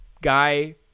guy